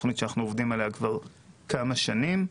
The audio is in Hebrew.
שאנחנו עובדים עליה כבר כמה שנים.